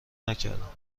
نکردم